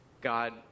God